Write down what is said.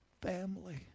family